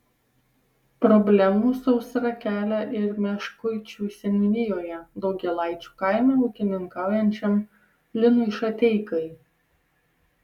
problemų sausra kelia ir meškuičių seniūnijoje daugėlaičių kaime ūkininkaujančiam linui šateikai